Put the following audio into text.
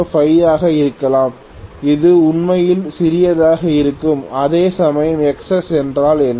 005 ஆக இருக்கலாம் அது உண்மையில் சிறியதாக இருக்கும் அதேசமயம் Xs என்றால் என்ன